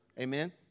Amen